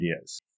ideas